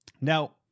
Now